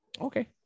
Okay